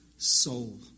Soul